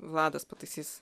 vladas pataisys